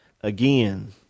Again